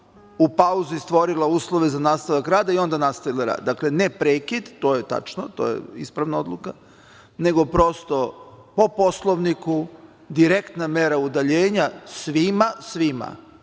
U pauzi stvorila uslove za nastavak rada i onda nastavila rad. Dakle, ne prekid, to je tačno, to je ispravna odluka, nego prosto po Poslovniku direktna mera udaljenja svima koji